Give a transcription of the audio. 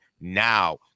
now